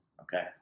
Okay